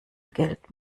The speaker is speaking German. geld